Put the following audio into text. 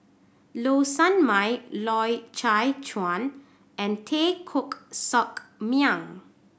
Low Sanmay Loy Chye Chuan and Teo Koh Sock Miang